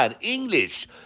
english